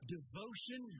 Devotion